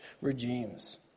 regimes